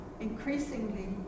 increasingly